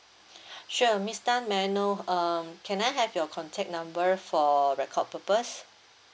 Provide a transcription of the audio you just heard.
sure miss tan may I know um can I have your contact number for record purpose